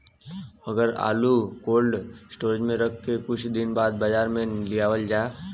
अगर आलू cold storage में रख के कुछ दिन बाद बाजार में लियावल जा?